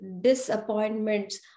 disappointments